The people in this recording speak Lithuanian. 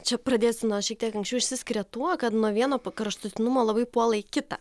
čia pradėsiu nuo šiek tiek anksčiau išsiskiria tuo kad nuo vieno kraštutinumo labai puola į kitą